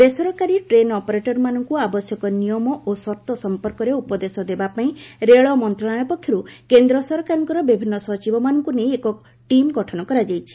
ବେସରକାରୀ ଟ୍ରେନ୍ ଅପରେଟର୍ମାନଙ୍କୁ ଆବଶ୍ୟକ ନିୟମ ଓ ସର୍ଭ ସମ୍ପର୍କରେ ଉପଦେଶ ଦେବାପାଇଁ ରେଳ ମନ୍ତ୍ରଣାଳୟ ପକ୍ଷରୁ କେନ୍ଦ୍ର ସରକାରଙ୍କ ବିଭିନ୍ନ ସଚିବମାନଙ୍କୁ ନେଇ ଏକ ଟିମ୍ ଗଠନ କରାଯାଇଛି